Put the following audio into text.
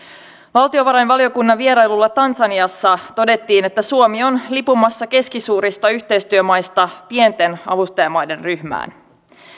valtiovarainvaliokunnan vierailulla tansaniassa todettiin että suomi on lipumassa keskisuurista yhteistyömaista pienten avustajamaiden ryhmään